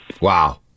Wow